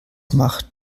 macht